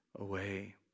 away